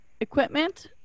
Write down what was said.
equipment